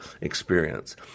experience